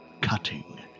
cutting